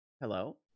hello